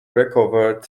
recovered